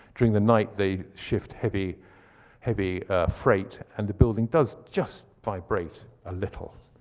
during the night they shift heavy heavy freight and the building does just vibrate a little,